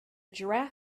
giraffe